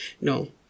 No